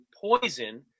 poison